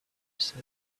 said